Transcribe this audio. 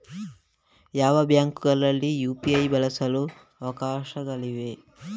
ಯಾವ ಬ್ಯಾಂಕುಗಳಲ್ಲಿ ಯು.ಪಿ.ಐ ಬಳಸಲು ಅವಕಾಶವಿದೆ?